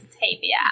Tavia